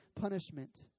punishment